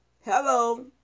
Hello